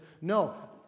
No